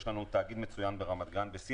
יש לנו תאגיד מצוין ברמת-גן שמתנהל בשיא